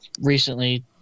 recently